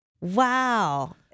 Wow